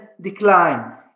decline